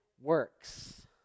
Works